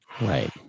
Right